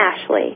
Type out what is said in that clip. Ashley